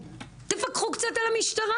אתן מכירות בזה שהציבו מצלמות והקימו יחידה?